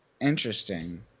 interesting